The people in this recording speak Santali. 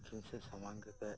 ᱫᱚᱠᱠᱷᱤᱱ ᱥᱮᱫ ᱥᱟᱢᱟᱝ ᱠᱟᱛᱮᱜ